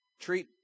Treat